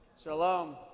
Shalom